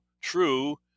true